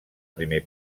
primer